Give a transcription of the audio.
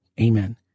Amen